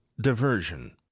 Diversion